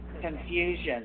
confusion